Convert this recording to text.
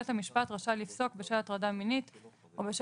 המחוקק קבע שבית המשפט רשאי לפסוק בשל הטרדה מינית או בשל